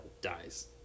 dies